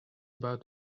about